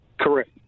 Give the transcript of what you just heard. Correct